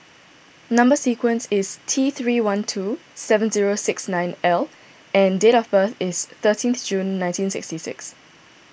Number Sequence is T three one two seven zero six nine L and date of birth is thirteenth June nineteen sixty six